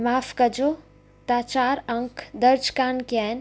माफ़ कजो तव्हां चारि अंग दर्ज़ कोन कया आहिनि